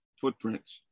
footprints